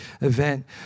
event